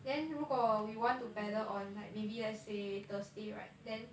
then 如果 we want to paddle on like maybe let's say thursday right then